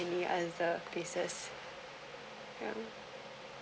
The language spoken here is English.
any other pieces ya